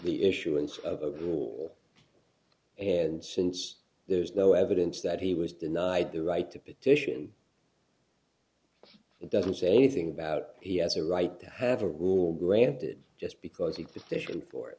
the issuance of rule and since there's no evidence that he was denied the right to petition it doesn't say anything about he has a right to have a rule granted just because the petition for